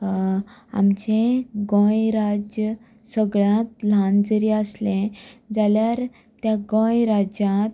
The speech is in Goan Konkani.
आमचें गोंय हें राज्य सगल्यांत ल्हान जरी आसलें जाल्यार त्या गोंय राज्यांत